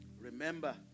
Remember